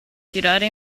tirare